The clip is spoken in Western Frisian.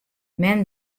men